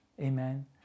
Amen